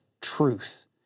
truth